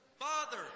Father